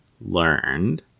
learned